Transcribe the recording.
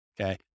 Okay